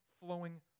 flowing